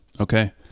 Okay